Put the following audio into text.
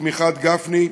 בתמיכת גפני,